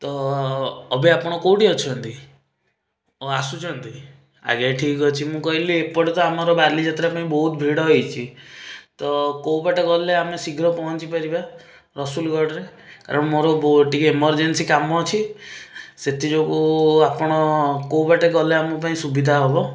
ତ ଅବେ ଆପଣ କେଉଁଠି ଅଛନ୍ତି ଓ ଆସୁଛନ୍ତି ଆଜ୍ଞା ଠିକ୍ଅଛି ମୁଁ କହିଲି ଏପଟେ ତ ଆମର ବାଲିଯାତ୍ରା ପାଇଁ ବହୁତ ଭିଡ଼ ହେଇଛି ତ କେଉଁପଟେ ଗଲେ ଆମେ ଶୀଘ୍ର ପହଞ୍ଚିପାରିବା ରସୁଲଗଡ଼ରେ କାରଣ ମୋର ଟିକେ ଏମର୍ଜେନ୍ସି କାମ ଅଛି ସେଥିଯୋଗୁଁ ଆପଣ କେଉଁ ବାଟେ ଗଲେ ଆମ ପାଇଁ ସୁବିଧା ହବ